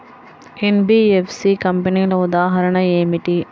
NBFC కంపెనీల ఉదాహరణ ఏమిటి?